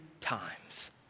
times